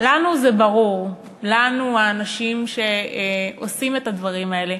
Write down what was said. לנו זה ברור, לנו, האנשים שעושים את הדברים האלה.